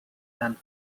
than